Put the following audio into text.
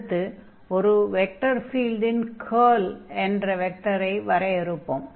அடுத்து ஒரு வெக்டர் ஃபீல்டின் கர்ல் என்ற வெக்டரை வரையறுப்போம்